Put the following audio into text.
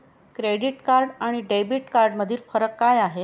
Credit card आणि debit कार्डमधील फरक काय आहे?